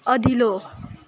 अधिलो